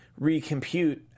recompute